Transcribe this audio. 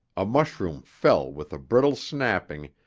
a mushroom fell with a brittle snapping,